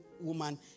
woman